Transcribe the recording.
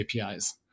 APIs